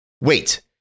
Wait